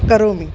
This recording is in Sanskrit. करोमि